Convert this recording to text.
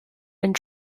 and